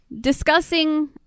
discussing